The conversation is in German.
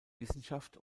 wissenschaft